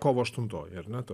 kovo aštuntoji ar ne ta